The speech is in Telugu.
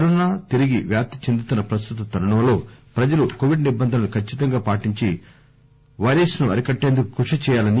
కరోనా తిరిగి వ్యాప్తి చెందుతున్న ప్రస్తుత తరుణంలో ప్రజలు కోవిడ్ నిబంధనలను కచ్చితంగా పాటించి పైరస్సు అరికట్టేందుకు కృషి చేయాలన్నారు